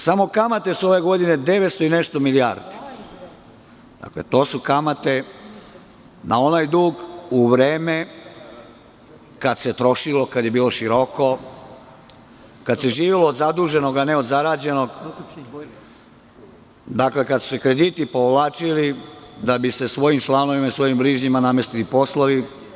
Samo kamate su ove godine 900 i nešto milijardi, i to su kamate na onaj dug u vreme kada se trošilo i kada je bilo široko, kada se živelo od zaduženog, a ne od zarađenog, kada su se krediti povlačili da bi se svojim članovima i svojim bližnjima namestili poslovi.